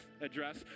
address